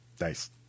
Nice